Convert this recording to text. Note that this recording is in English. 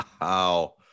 Wow